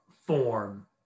form